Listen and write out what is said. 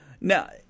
Now